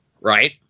right